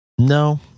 No